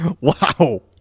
Wow